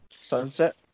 Sunset